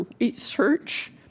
research